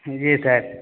جی سر